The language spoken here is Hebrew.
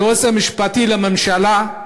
ליועץ המשפטי לממשלה,